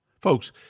Folks